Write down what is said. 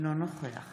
אינו נוכח